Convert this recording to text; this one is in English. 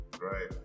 right